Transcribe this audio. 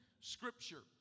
Scripture